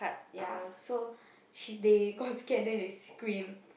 ya so she they got scared then they scream